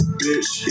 bitch